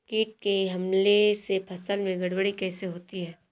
कीट के हमले से फसल में गड़बड़ी कैसे होती है?